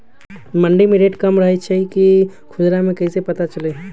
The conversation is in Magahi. मंडी मे रेट कम रही छई कि खुदरा मे कैसे पता चली?